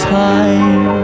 time